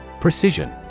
Precision